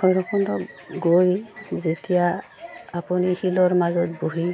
ভৈৰৱকুণ্ডত গৈ যেতিয়া আপুনি শিলৰ মাজত বহি